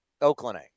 Oakland